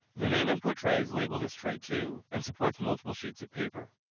the main input tray is labeled as tray two and supports multiple sheets of paper.